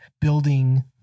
building